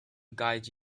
guide